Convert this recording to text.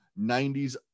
90s